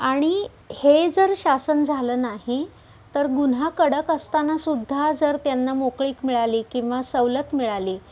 आणि हे जर शासन झालं नाही तर गुन्हा कडक असतानासुद्धा जर त्यांना मोकळीक मिळाली किंवा सवलत मिळाली